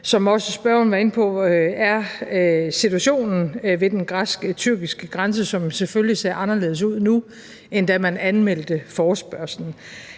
som spørgeren også var inde på, er situationen med den græsk-tyrkiske grænse, som selvfølgelig ser anderledes ud nu, end da man anmeldte forespørgslen.